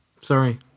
Sorry